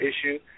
issue